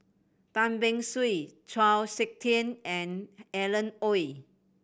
Tan Beng Swee Chau Sik Ting and Alan Oei